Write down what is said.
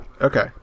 okay